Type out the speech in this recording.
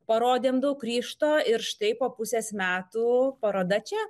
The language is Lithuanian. parodėme daug ryžto ir štai po pusės metų paroda čia